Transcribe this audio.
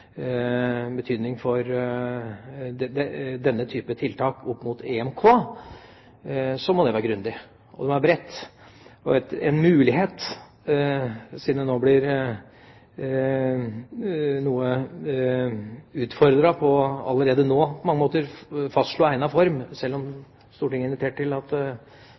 denne typen tiltak opp mot EMK, må de være grundige, og de må gjøres bredt. En mulighet – man blir allerede nå på mange måter utfordret til å fastslå egnet form, sjøl om Stortinget inviterer til at